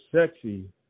sexy